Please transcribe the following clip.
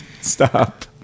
stop